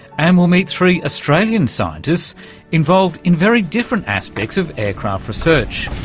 and we'll meet three australian scientists involved in very different aspects of aircraft research.